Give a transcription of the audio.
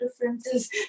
differences